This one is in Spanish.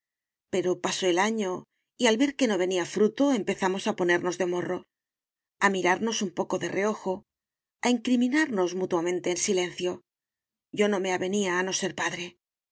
pero pasó el año y al ver que no venía fruto empezamos a ponernos de morro a mirarnos un poco de reojo a incriminarnos mutuamente en silencio yo no me avenía a no ser padre